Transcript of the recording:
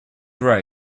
row